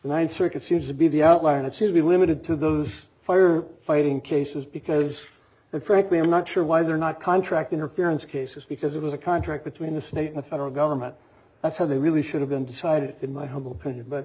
ninth circuit seems to be the outlier that seem to be limited to those fire fighting cases because and frankly i'm not sure why they're not contract interference cases because it was a contract between the state and federal government that's how they really should have been decided in my humble opinion but